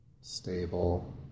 stable